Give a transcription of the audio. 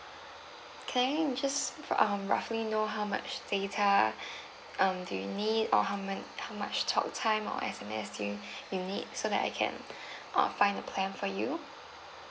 can I just for um roughly know how much data um do you need or how man how much talk time or S_M_S do you you need so that I can uh find a plan for you